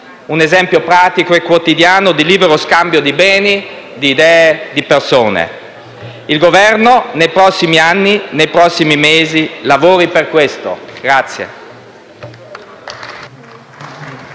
un esempio pratico e quotidiano di libero scambio di beni, idee, persone. Il Governo, nei prossimi anni, nei prossimi mesi, lavori per questo.